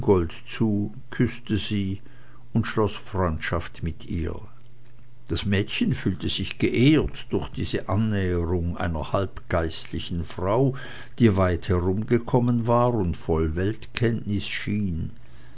zu küßte sie und schloß freundschaft mit ihr das mädchen fühlte sich geehrt durch diese annäherung einer halbgeistlichen frau die weit herumgekommen war und voll weltkenntnis schien